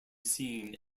seen